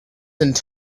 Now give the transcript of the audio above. and